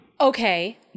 Okay